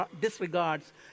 disregards